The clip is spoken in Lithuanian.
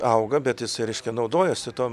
auga bet jisai reiškia naudojasi tom